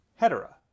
hetera